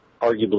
arguably